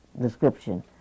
description